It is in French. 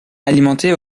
alimenté